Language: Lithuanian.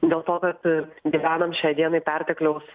dėl to kad gyvenam šiai dienai pertekliaus